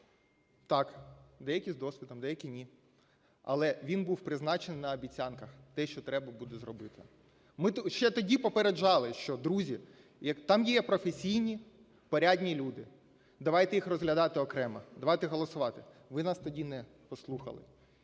так, деякі з досвідом, деякі ні. Але він був призначений на обіцянках, те, що треба буде зробити. Ми ще тоді попереджали, що, друзі, там є професійні порядні люди, давайте їх розглядати окремо, давайте голосувати. Ви нас тоді не послухали.